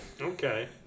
Okay